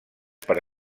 per